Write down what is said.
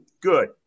Good